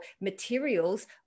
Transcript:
materials